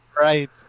right